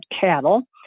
cattle